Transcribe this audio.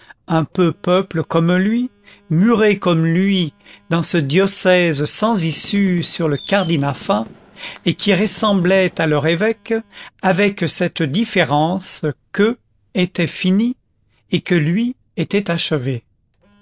un peu peuple comme lui murés comme lui dans ce diocèse sans issue sur le cardinafat et qui ressemblaient à leur évêque avec cette différence qu'eux étaient finis et que lui était achevé